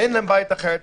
אין להם בית אחר.